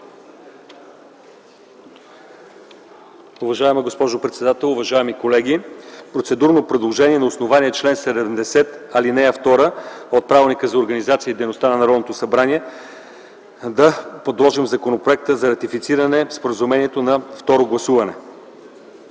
Уважаема госпожо председател, уважаеми колеги! Правя процедурно предложение на основание чл. 70, ал. 2 от Правилника за организацията и дейността на Народното събрание да подложим Законопроекта за ратифициране на споразумението на второ гласуване.